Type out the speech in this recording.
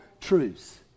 truths